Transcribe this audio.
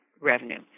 revenue